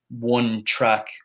one-track